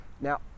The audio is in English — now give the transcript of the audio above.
Now